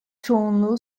çoğunluğu